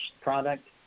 product